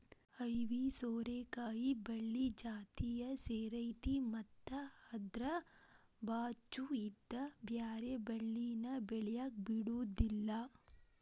ಐವಿ ಸೋರೆಕಾಯಿ ಬಳ್ಳಿ ಜಾತಿಯ ಸೇರೈತಿ ಮತ್ತ ಅದ್ರ ಬಾಚು ಇದ್ದ ಬ್ಯಾರೆ ಬಳ್ಳಿನ ಬೆಳ್ಯಾಕ ಬಿಡುದಿಲ್ಲಾ